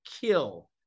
kill